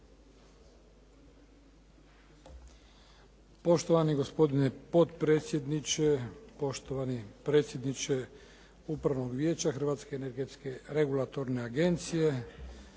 Poštovani gospodine potpredsjedniče, poštovani predsjedniče Upravnog vijeća Hrvatske energetske regulatorne agencije,